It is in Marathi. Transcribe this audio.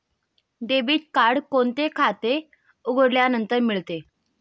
डेबिट कार्ड कोणते खाते उघडल्यानंतर मिळते?